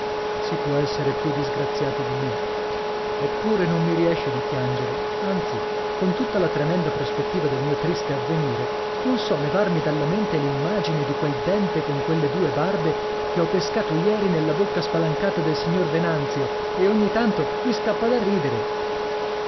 si può essere più disgraziati di me eppure non mi riesce di piangere anzi con tutta la tremenda prospettiva del mio triste avvenire non so levarmi dalla mente l'immagine di quel dente con quelle due barbe che ho pescato ieri nella bocca spalancata del signor venanzio e ogni tanto mi scappa da ridere